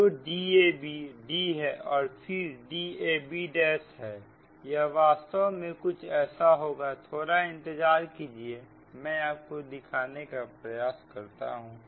तो Dab D है और फिर Dabहै यह वास्तव में कुछ ऐसा होगा थोड़ा इंतजार कीजिए मैं आपको दिखाने का प्रयास करता हूं